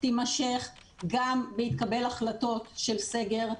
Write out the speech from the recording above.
תימשך גם בהתקבל החלטות של סגר,